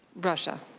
russia.